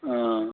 অঁ